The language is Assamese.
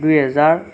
দুহেজাৰ